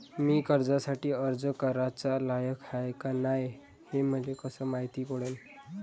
मी कर्जासाठी अर्ज कराचा लायक हाय का नाय हे मले कसं मायती पडन?